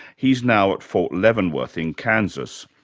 he's now at fort leavenworth in kansas.